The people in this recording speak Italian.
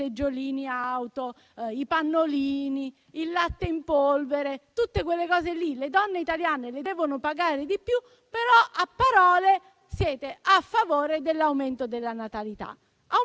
pannolini, latte in polvere: per tutti questi prodotti le donne italiane devono pagare di più. Però, a parole siete a favore dell'aumento della natalità.